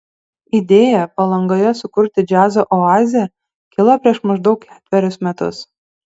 idėja palangoje sukurti džiazo oazę kilo prieš maždaug ketverius metus